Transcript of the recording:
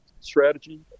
strategy